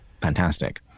fantastic